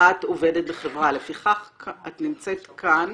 את עובדת בחברה, לפיכך את נמצאת כאן